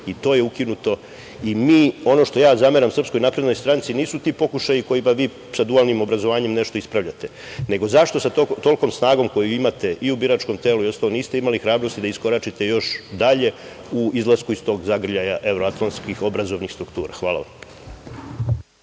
i to je ukinuto i mi…Ono što ja zameram Srpskoj naprednoj stranci, nisu ti pokušaji kojima vi sa dualnim obrazovanjem nešto ispravljate, nego zašto sa tolikom snagom koju imate i u biračkom telu i ostalo niste imali hrabrosti da iskoračite još dalje u izlasku iz tog zagrljaja evroatlanskih obrazovnih struktura? Zahvaljujem.